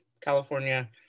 California